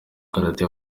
karate